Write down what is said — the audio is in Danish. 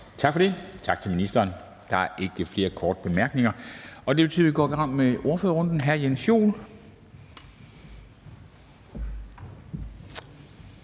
Kristensen): Tak til ministeren. Der er ikke flere korte bemærkninger. Det betyder, at vi går i gang med ordførerrunden. Hr. Jens Joel,